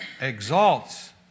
exalts